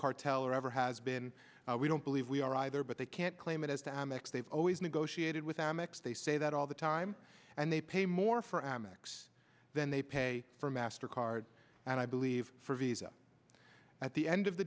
cartel or ever has been we don't believe we are either but they can't claim it as the amex they've always negotiated with amex they say that all the time and they pay more for amex than they pay for master card and i believe for visa at the end of the